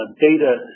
data